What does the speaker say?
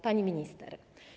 Pani Minister!